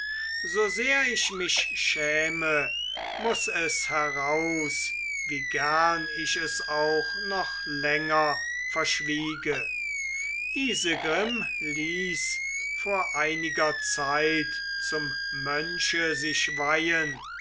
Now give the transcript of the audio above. so sehr ich mich schäme muß es heraus wie gern ich es auch noch länger verschwiege isegrim ließ vor einiger zeit zum mönche sich weihen